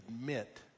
admit